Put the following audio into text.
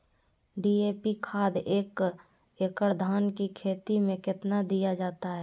DAP खाद एक एकड़ धान की खेती में कितना दीया जाता है?